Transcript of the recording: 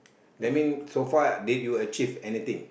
that mean so far did you achieve anything